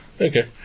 Okay